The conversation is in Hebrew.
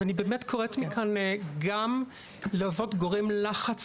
אז אני באמת קוראת מכאן גם להוות גורם לחץ